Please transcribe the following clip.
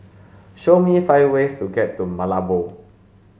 show me five ways to get to Malabo